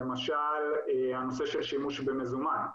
למשל הנושא של שימוש במזומן,